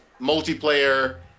multiplayer